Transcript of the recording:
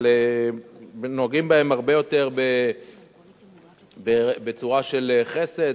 אבל נוהגים בהם הרבה יותר בצורה של חסד,